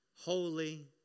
holy